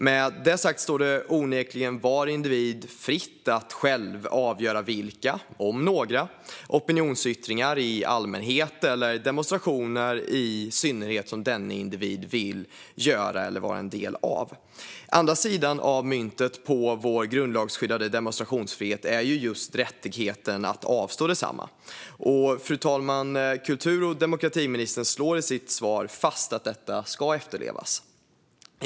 Med det sagt står det onekligen varje individ fritt att själv avgöra vilka, om några, opinionsyttringar i allmänhet eller demonstrationer i synnerhet som denna individ vill göra eller vara en del av. Andra sidan av myntet när det gäller vår grundlagsskyddade demonstrationsfrihet är just rättigheten att avstå densamma, fru talman, och kultur och demokratiministern slår i sitt svar fast att detta ska efterlevas.